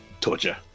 Torture